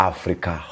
Africa